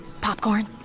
Popcorn